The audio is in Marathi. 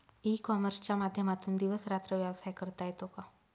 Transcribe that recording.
ई कॉमर्सच्या माध्यमातून दिवस रात्र व्यवसाय करता येतो का?